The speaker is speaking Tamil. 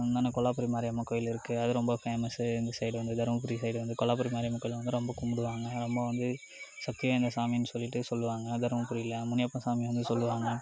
அந்தான கொல்லாபுரி மாரியம்மன் கோவில் இருக்கு அது ரொம்ப ஃபேமஸ்சு இந்த சைடு வந்து தர்மபுரி சைடு வந்து கொலாபுரி மாரியம்மன் கோவில் வந்து ரொம்ப கும்பிடுவாங்க ரொம்ப வந்து வந்து சக்தி வாய்ந்த சாமின்னு சொல்லிவிட்டு சொல்லுவாங்க தர்மபுரியில முனியப்ப சாமி வந்து சொல்லுவாங்க